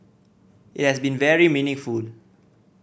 it has been very meaningful